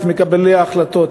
את מקבלי ההחלטות,